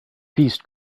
beast